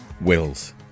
Wills